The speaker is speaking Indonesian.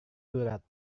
surat